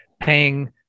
paying